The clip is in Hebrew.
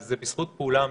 בזכות פעולה משותפת.